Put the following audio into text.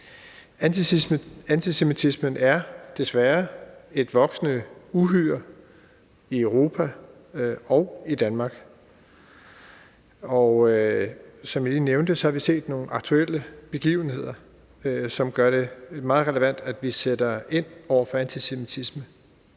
Antisemitismen er desværre et voksende uhyre i Europa og i Danmark, og som jeg lige nævnte, har vi set nogle aktuelle begivenheder, som gør det meget relevant, at vi sætter ind over for antisemitismen.